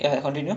ah sorry sorry